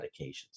medications